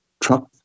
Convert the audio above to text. truck